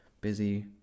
busy